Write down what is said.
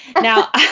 Now